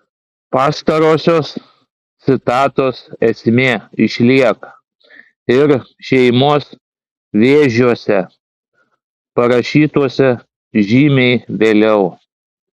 pastarosios citatos esmė išlieka ir šeimos vėžiuose parašytuose žymiai vėliau